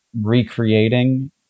recreating